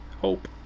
hope